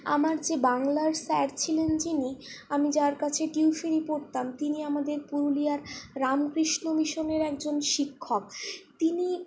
আমার যে বাংলার স্যার ছিলেন যিনি আমি যার কাছে টিউশন পড়তাম তিনি আমাদের পুরুলিয়ার রামকৃষ্ণ মিশনের একজন শিক্ষক তিনি